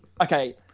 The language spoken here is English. okay